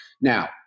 Now